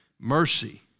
mercy